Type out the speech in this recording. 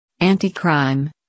Anti-Crime